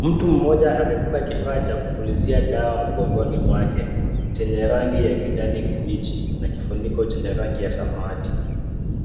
Mtu mmoja amebeba kifaa cha kupulizia dawa mgongoni mwake chenye rangi ya kijani kibichi na kifuniko chenye rangi ya samawati,